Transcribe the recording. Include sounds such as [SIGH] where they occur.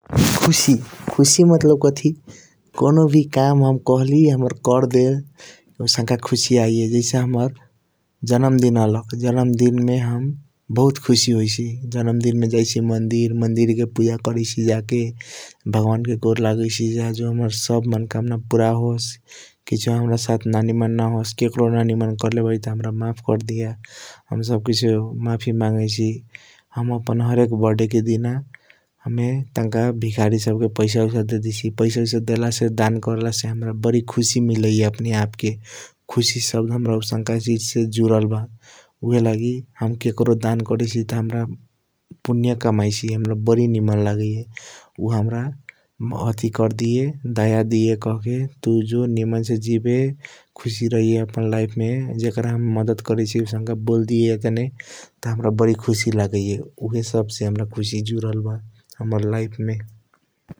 खुसी खुसी मतलब कथी कॉनो वी काम हम हाम्रा काम करडेल आउसाँका खुसी आइय जैसे हाम्रा जनम दिन आलख जन्मदिन मे हम बहुत होईसी । जन्मदिन मे जैसी हम मंदिर मंदिर के पूजा करैसी जाके भगवान के गोर लगैसी ज आजू हाम्रा सब मनोकामना पूरा होस । किसियों हाम्रा साथ ननीमान न होस ककरों ननीमान करले बारी त हाम्रा मफफ करदेहा हम सब किसियों माफी मागईसी । हम आपन हर्क बिरथड़े के दिन हमे टंक भिकारी सब के पैसा ऑइस डाडेसी पैसा ऑइस डेलसे हाम्रा बारी खुसी मिलैया अपने आप के । खुसी सबद हाम्रा आउसाँका चीज से जूदल बा ऊहएलगी हम ककरों दान करैसी त हाम्रा पुनिया कमाइसी हाम्रा बारी निमन लागैया उ हाम्रा [HESITATION] दया दीय। कहके जो निमन से जिबे खुसी रहिया अपना लाइफ मे जकर हम मदत करैसी बोलदेय आटने त हाम्रा बहुत खुसी लागैया उ हे सब से हाम्रा खुसी जूदल बा हाम्रा लाइफ मे ।